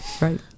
Right